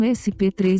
sp3